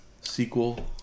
sequel